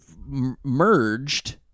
merged